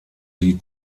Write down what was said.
die